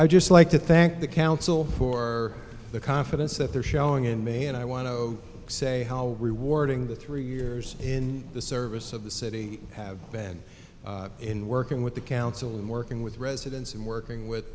i just like to thank the counsel for the confidence that they're showing in me and i want to say how rewarding the three years in the service of the city have been in working with the council and working with residents and working with